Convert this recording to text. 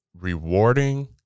rewarding